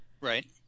Right